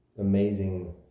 amazing